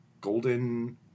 golden